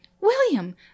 William